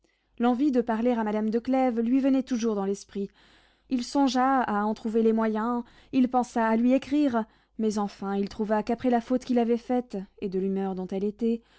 l'envie de parler à madame de clèves lui venait toujours dans l'esprit il songea à en trouver les moyens il pensa à lui écrire mais enfin il trouva qu'après la faute qu'il avait faite et de l'humeur dont elle était